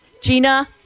Gina